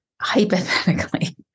hypothetically